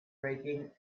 rating